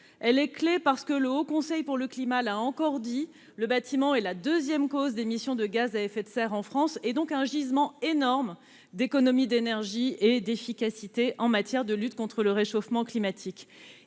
artisans. Par ailleurs, le Haut Conseil pour le climat l'a encore dit : le bâtiment est la deuxième cause d'émissions de gaz à effet de serre en France, donc un gisement énorme d'économies d'énergie et d'efficacité en matière de lutte contre le réchauffement climatique.